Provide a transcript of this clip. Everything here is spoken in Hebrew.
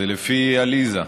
זה לפי עליזה,